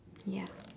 ya